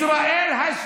ישראל השנייה,